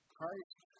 Christ